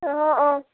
অ অ